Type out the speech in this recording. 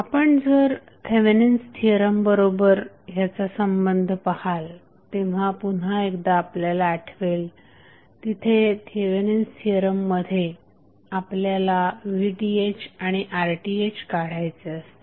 आपण जर Thevenin's theorem बरोबर ह्याचा संबंध पहाल तेव्हा पुन्हा एकदा आपल्याला आठवेल तिथे थेवेनिन्स थिअरममध्ये आपल्याला VThआणि RTh काढायचे असते